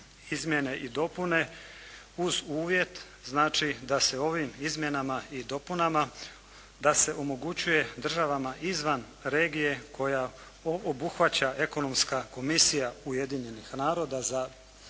izmjene i dopune uz uvjet znači da se ovim izmjenama i dopunama da se omogućuje državama izvan regije koja obuhvaća Ekonomska komisija Ujedinjenih naroda za